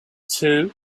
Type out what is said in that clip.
two